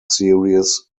series